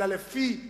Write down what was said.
אלא לפי הרבעון,